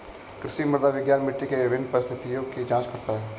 कृषि मृदा विज्ञान मिट्टी के विभिन्न परिस्थितियों की जांच करता है